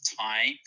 time